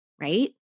right